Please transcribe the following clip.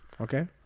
Okay